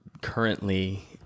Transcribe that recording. currently